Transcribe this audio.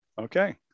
Okay